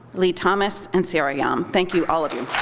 lee thomas, and sarah yahm. thank you, all of you.